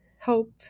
hope